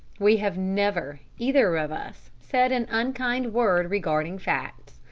we have never, either of us, said an unkind word regarding facts.